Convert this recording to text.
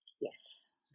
Yes